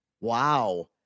Wow